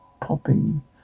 popping